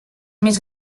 més